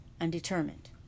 undetermined